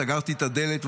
סגרתי את הדלת,